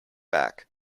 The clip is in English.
back